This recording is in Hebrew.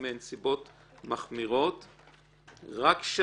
אני אומרת לך במאה אחוז, בקוסמוס שלהם